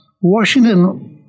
Washington